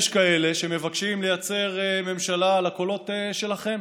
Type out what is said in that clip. יש כאלה שמבקשים לייצר ממשלה על הקולות שלכם,